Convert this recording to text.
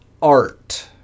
art